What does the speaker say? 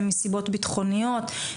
מסיבות בטחוניות.